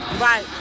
Right